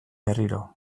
berriro